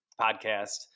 Podcast